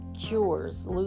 Cures